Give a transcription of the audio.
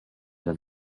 than